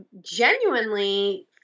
genuinely